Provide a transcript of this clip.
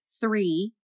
three